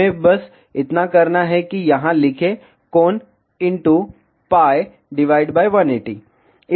हमें बस इतना करना है कि यहां लिखें कोण pi 180